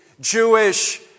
Jewish